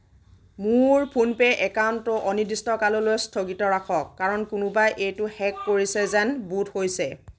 মোৰ ফোনপে' একাউণ্টটো অনিৰ্দিষ্ট কাললৈ স্থগিত ৰাখক কাৰণ কোনোবাই এইটো হেক কৰিছে যেন বোধ হৈছে